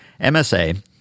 MSA